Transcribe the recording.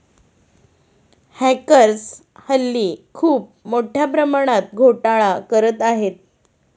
hackers हल्ली खूप मोठ्या प्रमाणात घोटाळा करत आहेत